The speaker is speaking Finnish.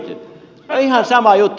no ihan sama juttu